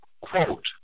Quote